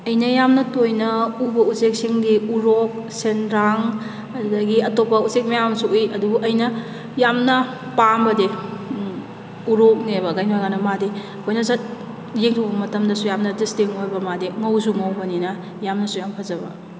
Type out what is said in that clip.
ꯑꯩꯅ ꯌꯥꯝꯅ ꯇꯣꯏꯅ ꯎꯕ ꯎꯆꯦꯛꯁꯤꯡꯗꯤ ꯎꯔꯣꯛ ꯁꯦꯟꯗ꯭ꯔꯥꯡ ꯑꯗꯨꯗꯒꯤ ꯑꯇꯣꯞꯄ ꯎꯆꯦꯛ ꯃꯌꯥꯝ ꯑꯃꯁꯨ ꯎꯏ ꯑꯗꯨꯕꯨ ꯑꯩꯅ ꯌꯥꯝꯅ ꯄꯥꯝꯕꯗꯤ ꯎꯔꯣꯛꯅꯦꯕ ꯀꯔꯤꯒꯤꯅꯣ ꯍꯥꯏ ꯀꯥꯟꯗ ꯃꯥꯗꯤ ꯑꯩꯈꯣꯏꯅ ꯁꯠ ꯌꯦꯡꯊꯣꯛꯂꯨꯕ ꯃꯇꯝꯗꯁꯨ ꯌꯥꯝꯅ ꯗꯤꯁꯇꯤꯡ ꯑꯣꯏꯕ ꯃꯥꯗꯤ ꯉꯧꯁꯨ ꯉꯧꯕꯅꯤꯅ ꯌꯥꯝꯅꯁꯨ ꯌꯥꯝ ꯐꯖꯕ